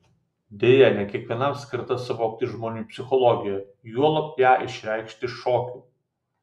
deja ne kiekvienam skirta suvokti žmonių psichologiją juolab ją išreikšti šokiu